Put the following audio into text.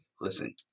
listen